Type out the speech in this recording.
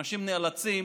אנשים נאלצים